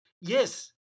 Yes